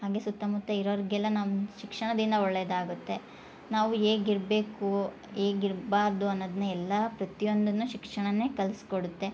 ಹಾಗೆ ಸುತ್ತಮುತ್ತ ಇರೋರ್ಗೆಲ್ಲ ನಮ್ಮ ಶಿಕ್ಷಣದಿಂದ ಒಳ್ಳೆಯದಾಗುತ್ತೆ ನಾವು ಹೇಗೆ ಇರಬೇಕು ಹೇಗೆ ಇರ್ಬಾರದು ಅನ್ನೋದ್ನ ಎಲ್ಲ ಪ್ರತಿಯೊಂದನ್ನು ಶಿಕ್ಷಣನೇ ಕಲ್ಸಿ ಕೊಡುತ್ತೆ